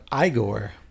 Igor